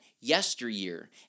yesteryear